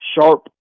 sharp